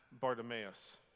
Bartimaeus